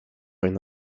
une